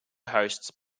hosts